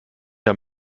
der